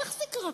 איך זה קרה?